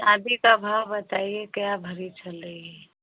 चाँदी का भाव बताइए क्या भरी चल रही है